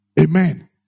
Amen